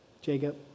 Jacob